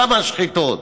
שם השחיתות.